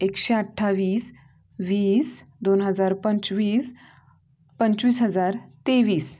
एकशे अठ्ठावीस वीस दोन हजार पंचवीस पंचवीस हजार तेवीस